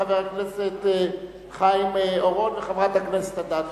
חבר הכנסת חיים אורון וחברת הכנסת אדטו.